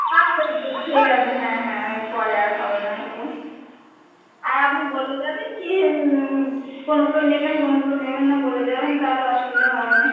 আচ্ছা আচ্ছা ঠিক আছে হ্যাঁ হ্যাঁ এর পরে আর হবে না এরকম আর আপনি বলে যাবেন কি কোনগুলো নেবেন কোনগুলো নেবেন না বলে যাবেন তালে অসুবিধাঁ হবে না